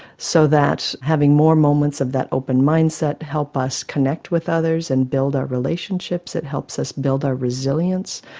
so that having more moments of that open mindset help us connect with others and build our relationships, it helps us build our resilience,